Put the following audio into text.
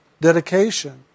Dedication